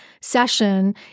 session